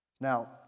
Now